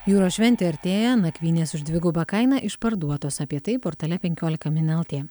jūros šventė artėja nakvynės už dvigubą kainą išparduotos apie tai portale penkiolika min lt